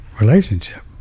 relationship